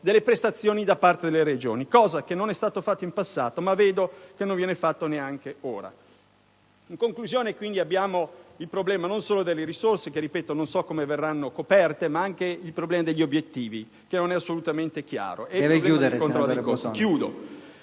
delle prestazioni da parte delle Regioni, cosa che non è stato fatto in passato, ma che, noto, non viene fatto neanche ora. In conclusione, abbiamo il problema delle risorse che, ripeto, non so come verranno coperte, ma anche il problema degli obiettivi, che non sono chiari.